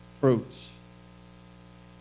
fruits